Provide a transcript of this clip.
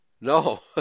No